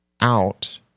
out